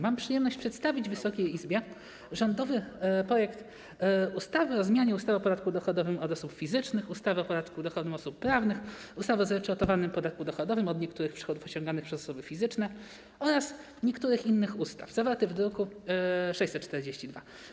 Mam przyjemność przedstawić Wysokiej Izbie rządowy projekt ustawy o zmianie ustawy o podatku dochodowym od osób fizycznych, ustawy o podatku dochodowym od osób prawnych, ustawy o zryczałtowanym podatku dochodowym od niektórych przychodów osiąganych przez osoby fizyczne oraz niektórych innych ustaw, zawarty w druku nr 642.